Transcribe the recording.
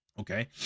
okay